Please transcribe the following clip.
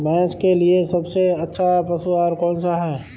भैंस के लिए सबसे अच्छा पशु आहार कौनसा है?